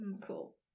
Cool